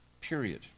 period